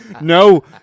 No